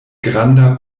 granda